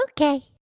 Okay